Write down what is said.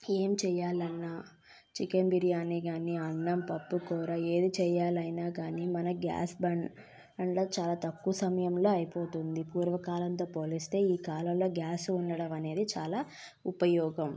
ఏం చెయ్యాలన్నా చికెన్ బిర్యానీ కానీ అన్నం పప్పు కూర ఏది చెయ్యాలన్నా కానీ మన గ్యాస్ బండ వల్ల చాలా తక్కువ సమయంలో అయిపోతుంది పూర్వకాలంతో పోలిస్తే ఈ కాలంలో గ్యాస్ ఉండడం అనేది చాలా ఉపయోగం